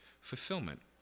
fulfillment